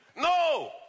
No